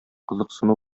кызыксыну